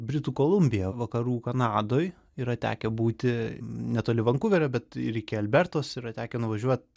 britų kolumbija vakarų kanadoj yra tekę būti netoli vankuverio bet ir iki albertos yra tekę nuvažiuot